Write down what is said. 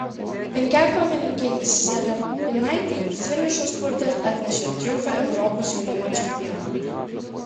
penkiakovininkei serapinaitei finišo spurtas atnešė triumfą europos jaunimo čempionate